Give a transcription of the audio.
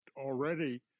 already